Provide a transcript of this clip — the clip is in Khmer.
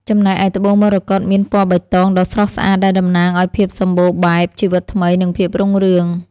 ចំណែកឯត្បូងមរកតមានពណ៌បៃតងដ៏ស្រស់ស្អាតដែលតំណាងឱ្យភាពសម្បូរបែប ជីវិតថ្មី និងភាពរុងរឿង។